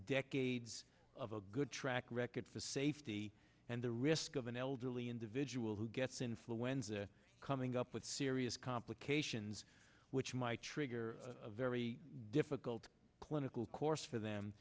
decades of a good track record for safety and the risk of an elderly individual who gets influenza coming up with serious complications which might trigger a very difficult clinical course for them